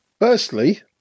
firstly